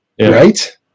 Right